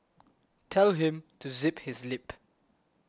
tell him to zip his lip